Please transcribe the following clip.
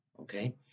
Okay